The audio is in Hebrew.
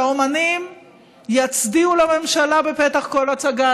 שהאומנים יצדיעו לממשלה בפתח כל הצגה,